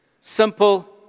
Simple